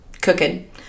cooking